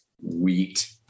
wheat